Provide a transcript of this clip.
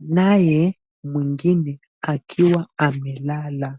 naye mwingine akiwa amelala.